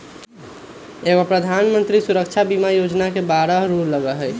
एगो प्रधानमंत्री सुरक्षा बीमा योजना है बारह रु लगहई?